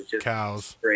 Cows